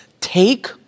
Take